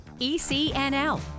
ECNL